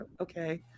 okay